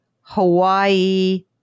Hawaii